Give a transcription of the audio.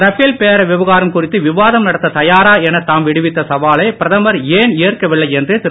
Rafale பேர விவகாரம் குறித்து விவாதம் நடத்த தயாரா என தாம் விடுத்த சவாலை பிரதமர் ஏன் ஏற்கவில்லை என்று திரு